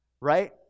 right